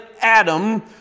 Adam